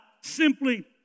simply